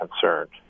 concerned